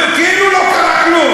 כאילו לא קרה כלום.